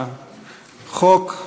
החוק,